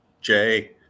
Jay